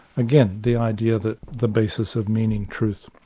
again, the idea that the basis of meaning, truth,